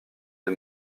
des